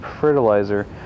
fertilizer